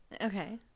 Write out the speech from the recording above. Okay